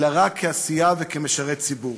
אלא רק בעשייה וכמשרת ציבור,